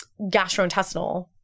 gastrointestinal